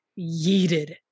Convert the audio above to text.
yeeted